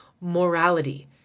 morality